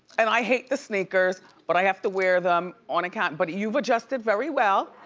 and i hate the sneakers but i have to wear them on account, but you've adjusted very well,